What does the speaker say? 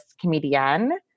comedian